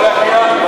למה נגד?